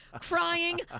crying